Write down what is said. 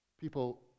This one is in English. People